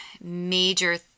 major